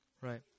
Right